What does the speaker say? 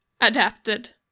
adapted